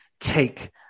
take